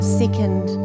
second